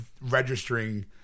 registering